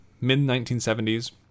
mid-1970s